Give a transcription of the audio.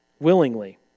willingly